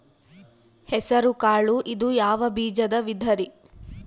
ಹೆಸರುಕಾಳು ಇದು ಯಾವ ಬೇಜದ ವಿಧರಿ?